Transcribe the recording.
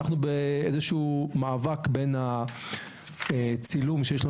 ואנחנו באיזשהו מאבק בין הצילום שיש לו